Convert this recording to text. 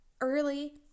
early